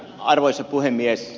arvoisa puhemies